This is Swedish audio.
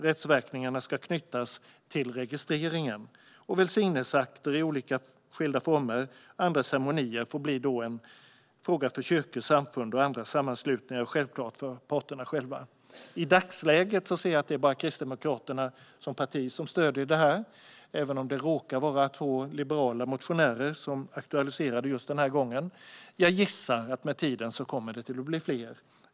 Rättsverkningarna ska knytas till registreringen, medan välsignelseakter i skilda former och andra ceremonier blir en fråga för kyrkor, samfund och andra sammanslutningar och självklart för parterna själva. I dagsläget är det bara Kristdemokraterna som parti som stöder detta, även om det råkar vara två liberala motionärer som aktualiserade det just den här gången. Jag gissar att det med tiden kommer att bli fler.